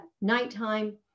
nighttime